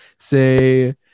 say